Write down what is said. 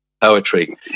poetry